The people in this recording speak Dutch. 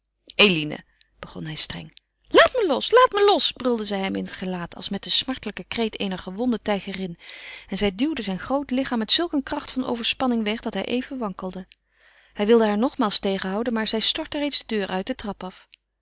eline begon hij streng laat me laat me los brulde zij hem in het gelaat als met den smartelijken kreet eener gewonde tijgerin en zij duwde zijn groot lichaam met zulk een kracht van overspanning weg dat hij even wankelde hij wilde haar nogmaals tegenhouden maar zij stortte reeds de deur uit de trap af